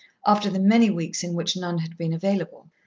after the many weeks in which none had been available.